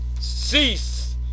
cease